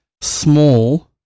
small